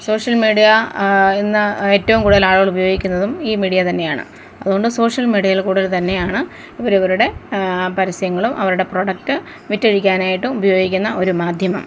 social media ഇന്ന് ഏറ്റവും കൂടുതൽ ആളുകൾ ഉപയോഗിക്കുന്നതും ഈ മീഡിയ തന്നെയാണ് അതുകൊണ്ട് സോഷ്യൽ മീഡിയയിൽ കൂടെ തന്നെയാണ് ഇവർ ഇവരുടെ പരസ്യങ്ങളും അവരുടെ പ്രോഡക്റ്റ് വിറ്റഴിക്കാനായിട്ടും ഉപയോഗിക്കുന്ന ഒരു മാധ്യമം